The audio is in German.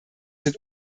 sind